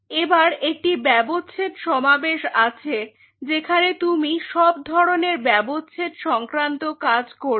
এবার একটি ব্যবচ্ছেদ সমাবেশ আছে যেখানে তুমি সব ধরনের ব্যবচ্ছেদ সংক্রান্ত কাজ করবে